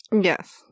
Yes